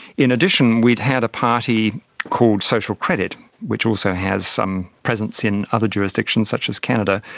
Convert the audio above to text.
in addition we had had a party called social credit which also has some presence in other jurisdictions such as canada,